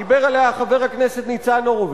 דיבר עליה חבר הכנסת ניצן הורוביץ,